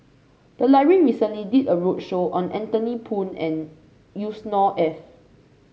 the library recently did a roadshow on Anthony Poon and Yusnor Ef